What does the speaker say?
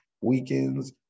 weekends